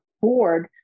board